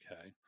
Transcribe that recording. Okay